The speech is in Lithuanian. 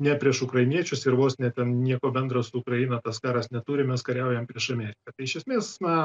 ne prieš ukrainiečius ir vos ne ten nieko bendro su ukraina tas karas neturi mes kariaujam prieš ameriką tai iš esmės na